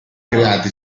creati